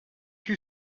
you